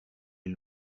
est